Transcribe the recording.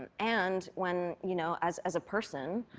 and and when, you know, as as a person,